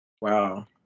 Wow